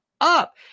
up